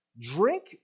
drink